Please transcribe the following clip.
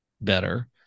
better